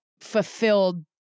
fulfilled